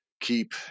keep